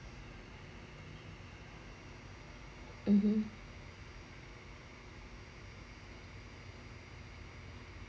(uh huh)